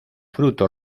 fruto